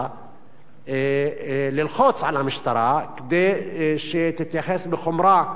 על המשטרה כדי שתתייחס בחומרה מיוחדת למעשים כאלה.